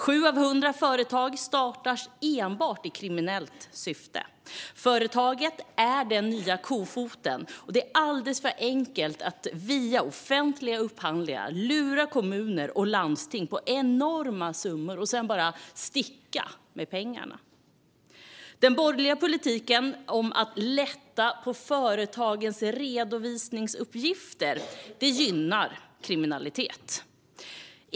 Av 100 företag är det 7 som startas enbart i kriminellt syfte. Företaget är den nya kofoten, och det är alldeles för enkelt att via offentliga upphandlingar lura kommuner och landsting på enorma summor och sedan bara sticka med pengarna. Den borgerliga politiken med lättnader när det gäller företagens redovisningsuppgifter gynnar kriminalitet.